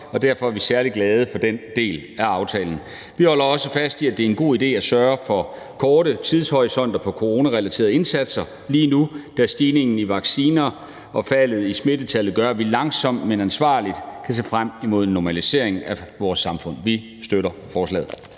og derfor er vi særlig glade for den del af aftalen. Vi holder også fast i, at det er en god idé at sørge for korte tidshorisonter for coronarelaterede indsatser lige nu, da stigningen i vacciner og faldet i smittetallet gør, at vi langsomt, men ansvarligt kan se frem imod en normalisering af vores samfund. Vi støtter forslaget.